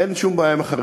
אין שום בעיה עם החרדים.